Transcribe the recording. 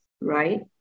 right